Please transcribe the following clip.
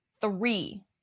Three